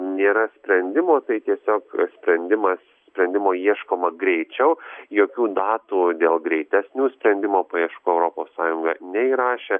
nėra sprendimo tai tiesiog sprendimas sprendimo ieškoma greičiau jokių datų dėl greitesnių sprendimo paieškų europos sąjunga neįrašė